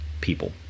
people